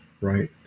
right